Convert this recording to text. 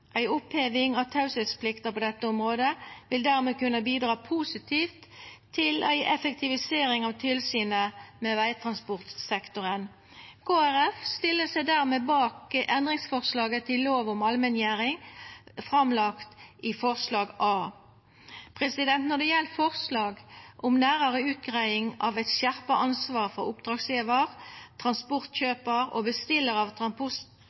Ei oppheving av teieplikta på dette området vil dermed kunna bidra positivt til ei effektivisering av tilsynet med vegtransportsektoren. Kristeleg Folkeparti stiller seg dermed bak endringsforslaget til allmenngjeringslova slik det er lagt fram i A. Når det gjeld forslag om nærare utgreiing av eit skjerpa ansvar for oppdragsgjevarar, transportkjøparar og bestillarar av